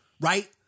Right